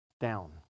down